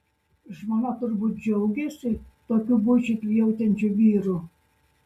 žmona turbūt džiaugiasi tokiu buičiai prijaučiančiu vyru